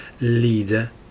leader